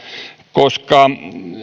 koska